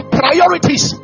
priorities